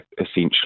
essentially